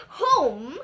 home